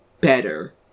better